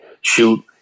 shoot